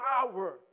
power